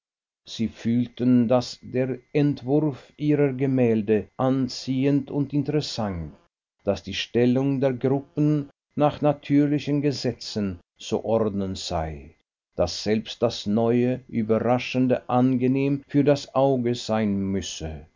sie fühlten daß der entwurf ihrer gemälde anziehend und interessant daß die stellung der gruppen nach natürlichen gesetzen zu ordnen sei daß selbst das neue überraschende angenehm für das auge sein müsse